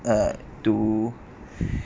uh to